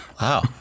Wow